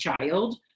child